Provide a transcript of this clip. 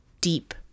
deep